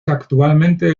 actualmente